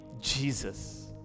Jesus